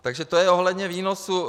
Takže to je ohledně výnosů.